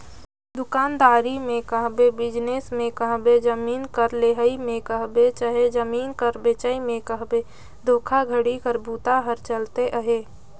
दुकानदारी में कहबे, बिजनेस में कहबे, जमीन कर लेहई में कहबे चहे जमीन कर बेंचई में कहबे धोखाघड़ी कर बूता हर चलते अहे